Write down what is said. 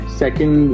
second